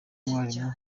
mwarimu